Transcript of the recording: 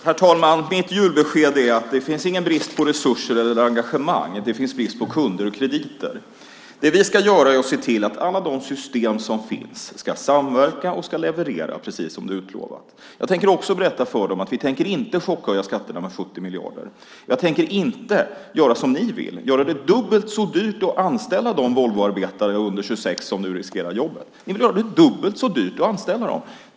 Herr talman! Mitt julbesked är att det inte finns någon brist på resurser eller engagemang. Det finns brist på kunder och krediter. Det vi ska göra är att se till att alla de system som finns ska samverka och leverera, precis som det utlovats. Jag tänker också berätta för dem att vi inte tänker chockhöja skatterna med 70 miljarder. Jag tänker inte göra som Socialdemokraterna vill, nämligen göra det dubbelt så dyrt att anställa de Volvoarbetare under 26 som nu riskerar jobben. Ni vill göra det dubbelt så dyrt att anställa dem.